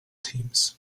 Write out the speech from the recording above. teams